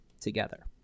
together